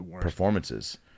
performances